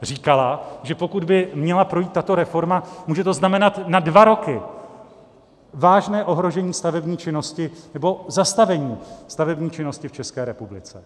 Říkala, že pokud by měla projít tato reforma, může to znamenat na dva roky vážné ohrožení stavební činnosti nebo zastavení stavební činnosti v České republice.